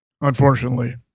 unfortunately